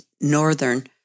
Northern